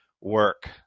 work